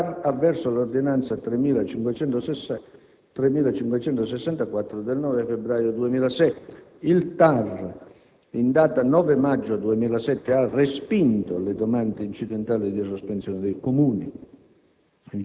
TAR Lazio avverso l'ordinanza n. 3564 del 9 febbraio 2007. Il TAR, in data 9 maggio 2007, ha respinto le domande incidentali di sospensione dei Comuni.